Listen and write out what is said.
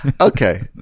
Okay